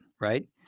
right